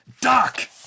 Doc